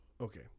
Okay